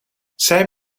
zij